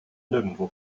nirgendwo